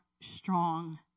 strong